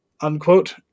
unquote